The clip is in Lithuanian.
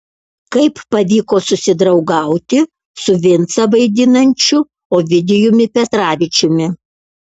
kaip pavyko susidraugauti su vincą vaidinančiu ovidijumi petravičiumi